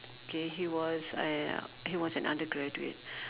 K he was ah ya he was an undergraduate